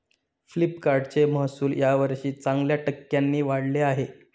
फ्लिपकार्टचे महसुल यावर्षी चांगल्या टक्क्यांनी वाढले आहे